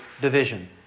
division